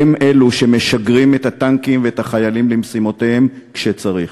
הם שמשגרים את הטנקים ואת החיילים למשימותיהם כשצריך.